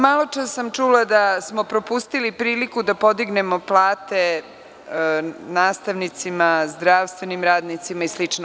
Maločas sam čula da smo propustili priliku da podignemo plate nastavnicima, zdravstvenim radnicima i slično.